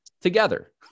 together